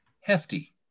hefty